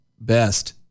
best